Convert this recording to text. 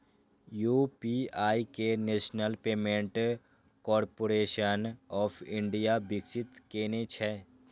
UPI कें National Payments Corporation of India विकसित केने छै